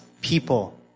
people